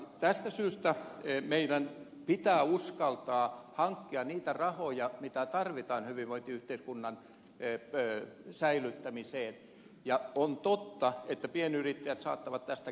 tästä syystä meidän pitää uskaltaa hankkia niitä rahoja mitä tarvitaan hyvinvointiyhteiskunnan säilyttämiseen ja on totta että pienyrittäjät saattavat tästä kärsiä